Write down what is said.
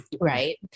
Right